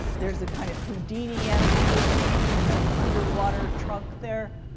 there's a kind of houdini-esque person in an underwater trunk there.